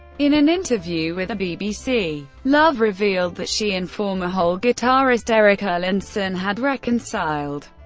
in an interview with the bbc, love revealed that she and former hole guitarist eric erlandson had reconciled,